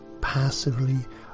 passively